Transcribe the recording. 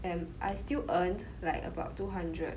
um I still earned like about two hundred